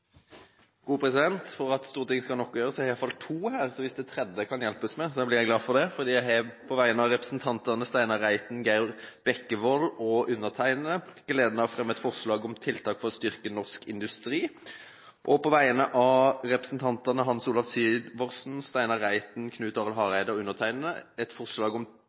For at Stortinget skal ha nok å gjøre, har jeg i hvert fall to her, så hvis noen kan hjelpe med det tredje, blir jeg glad for det. Jeg har på vegne av representantene Steinar Reiten, Geir Jørgen Bekkevold og undertegnede gleden av å fremme et forslag om tiltak for å styrke norsk industri. På vegne av representantene Hans Olav Syversen, Steinar Reiten, Knut Arild Hareide og undertegnede vil jeg fremme et forslag om